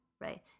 right